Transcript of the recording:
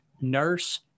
nurse